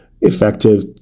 effective